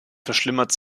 verschlimmert